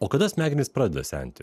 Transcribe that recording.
o kada smegenys pradeda senti